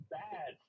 bad